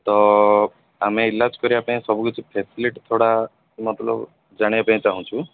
ତ ଆମେ ଇଲାଜ୍ କରିବା ପାଇଁ ସବୁ କିଛି ଫ୍ୟାସିଲିଟି ଥୋଡ଼ା ମତଲବ୍ ଜାଣିବା ପାଇଁ ଚାହୁଁଛୁ